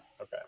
okay